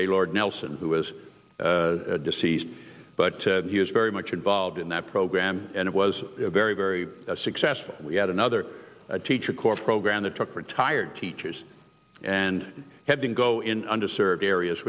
gaylord nelson who is deceased but he was very much involved in that program and it was very very successful we had another teacher corps program that took retired teachers and had to go in under served areas